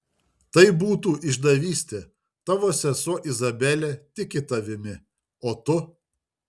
tai būtų išdavystė tavo sesuo izabelė tiki tavimi o tu